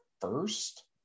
first